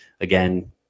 Again